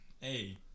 Hey